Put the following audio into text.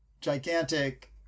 gigantic